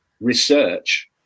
research